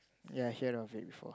yea I heard of it before